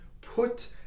put